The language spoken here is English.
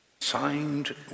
signed